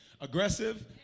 Aggressive